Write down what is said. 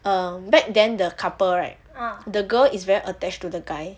um back then the couple right the girl is very attached to the guy